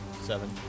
Seven